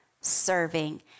serving